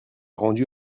rendu